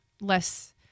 less